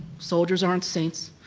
soldiers aren't saints.